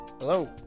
Hello